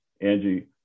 Angie